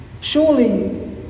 surely